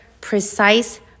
precise